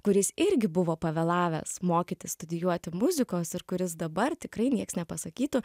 kuris irgi buvo pavėlavęs mokytis studijuoti muzikos ir kuris dabar tikrai nieks nepasakytų